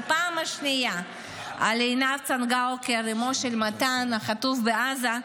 לפני שהוא הוציא את עצמו קראתי אותו בקריאה שלישית,